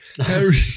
Harry